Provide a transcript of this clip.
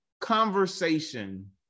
conversation